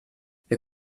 wir